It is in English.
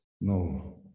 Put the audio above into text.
no